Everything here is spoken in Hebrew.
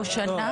או שנה?